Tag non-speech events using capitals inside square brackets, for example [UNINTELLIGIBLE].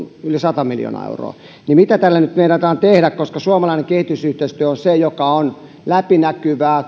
yli sata miljoonaa euroa mitä tälle nyt meinataan tehdä koska suomalainen kehitysyhteistyö on se joka on läpinäkyvää [UNINTELLIGIBLE]